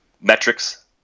metrics